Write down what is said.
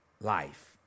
life